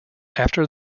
after